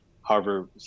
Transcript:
Harvard